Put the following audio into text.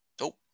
Nope